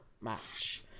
match